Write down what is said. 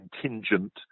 contingent